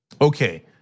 Okay